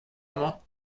amañ